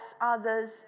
others